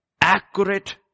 accurate